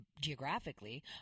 geographically